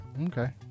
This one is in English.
Okay